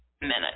minute